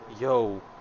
yo